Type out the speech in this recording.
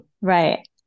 Right